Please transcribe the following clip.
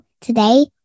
today